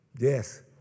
Yes